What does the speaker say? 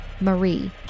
Marie